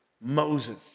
Moses